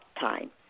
time